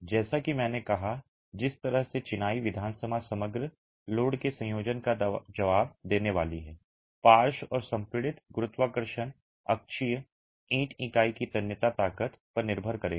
जैसा कि मैंने कहा जिस तरह से चिनाई विधानसभा समग्र लोड के संयोजन का जवाब देने वाली है पार्श्व और संपीड़ित गुरुत्वाकर्षण अक्षीय ईंट इकाई की तन्यता ताकत पर निर्भर करेगा